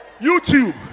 youtube